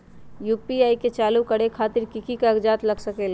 UPI के चालु करे खातीर कि की कागज़ात लग सकेला?